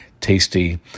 tasty